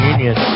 Union